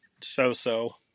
so-so